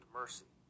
mercy